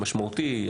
המשמעותי,